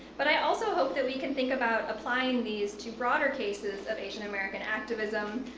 but i also hope that we can think about applying these to broader cases of asian american activism,